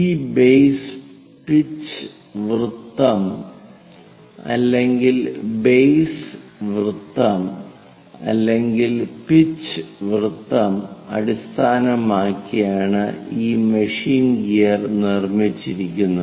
ഒരു base pitch വൃത്തം അല്ലെങ്കിൽ ബേസ് വൃത്തം അല്ലെങ്കിൽ പിച്ച് വൃത്തം അടിസ്ഥാനമാക്കിയാണ് ഈ മെഷീൻ ഗിയർ നിർമ്മിച്ചിരിക്കുന്നത്